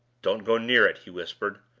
don't go near it! he whispered.